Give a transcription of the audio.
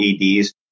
EDs